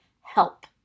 help